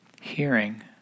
hearing